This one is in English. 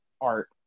art